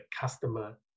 customer